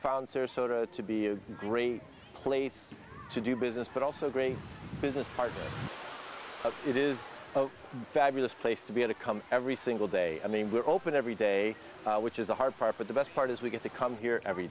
found sarasota to be a great place to do business but also a great business part of it is a fabulous place to be to come every single day i mean we're open every day which is the hard part but the best part is we get to come here every